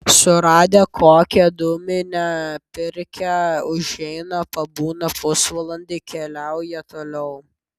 suradę kokią dūminę pirkią užeina pabūna pusvalandį keliauja toliau